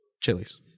chilies